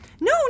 No